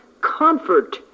comfort